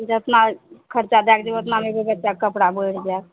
जेतना खर्चा दैके जेबै ओतनामे एगो बच्चाके कपड़ा बढ़ि जाएत